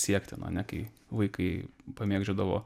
siektino ne kai vaikai pamėgdžiodavo